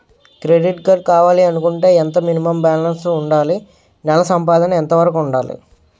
Credit card కావాలి అనుకుంటే ఎంత మినిమం బాలన్స్ వుందాలి? నెల సంపాదన ఎంతవరకు వుండాలి?